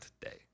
today